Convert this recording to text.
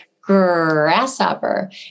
grasshopper